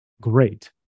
great